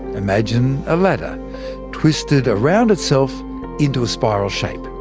imagine a ladder twisted around itself into a spiral shape.